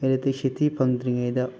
electricity ꯐꯪꯗ꯭ꯔꯤꯉꯩꯗ